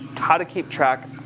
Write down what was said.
how to keep track,